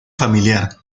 familiar